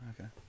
Okay